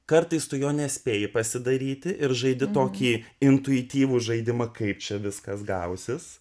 kartais tu jo nespėji pasidaryti ir žaidi tokį intuityvų žaidimą kaip čia viskas gausis